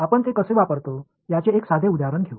आपण ते कसे वापरतो याचे एक साधे उदाहरण घेऊ